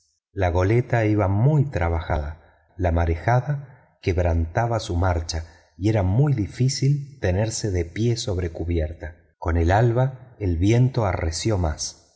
la goleta iba muy trabajada la marejada quebrantaba su marcha y era muy difícil tenerse de pie sobre cubierta con el alba el viento arreció más